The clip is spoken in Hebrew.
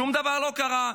שום דבר לא קרה,